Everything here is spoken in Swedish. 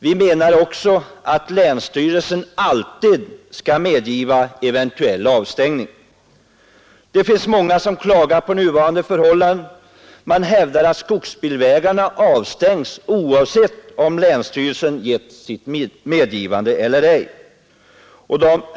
Vi anser också att en eventuell avstängning alltid skall underställas länsstyrelsens prövning. Många klagar på de nuvarande förhållandena. Man hävdar att skogsbilvägarna avstängs oavsett om länsstyrelsen gett sitt medgivande eller inte.